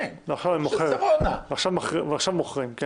כן, ועכשיו מוכרים.